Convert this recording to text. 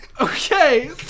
Okay